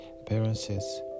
appearances